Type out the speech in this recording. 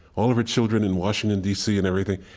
all of her children in washington, d c, and everything.